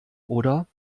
oder